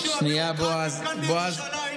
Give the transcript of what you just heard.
וזה לוקח לילות כימים,